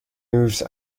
moves